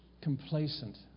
complacent